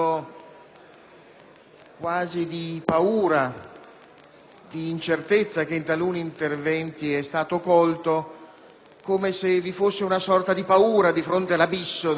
quasi di paura e di incertezza che in taluni interventi è stato colto, come se vi fosse una sorta di timore rispetto alla *mission* dell'innovazione.